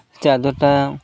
ଚାର୍ଜର୍ଟା